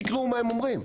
תקראו מה הם אומרים,